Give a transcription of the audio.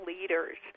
leaders